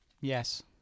Yes